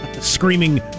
screaming